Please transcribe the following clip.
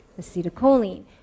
acetylcholine